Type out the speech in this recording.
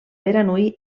beranui